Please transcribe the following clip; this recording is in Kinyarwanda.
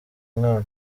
umwana